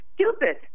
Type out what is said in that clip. stupid